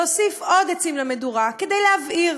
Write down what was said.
להוסיף עוד עצים למדורה כדי להבעיר,